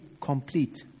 complete